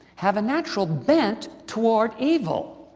have a natural bent toward evil